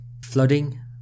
flooding